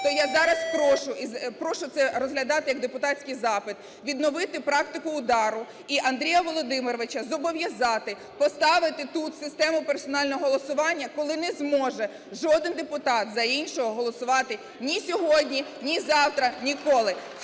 То я зараз прошу це розглядати як депутатський запит: відновити практику "УДАРу", і Андрія Володимировича зобов'язати поставити тут систему персонального голосування, коли не зможе жоден депутат за іншого голосувати ні сьогодні, ні завтра, ніколи.